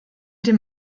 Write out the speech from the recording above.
dem